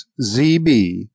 Zb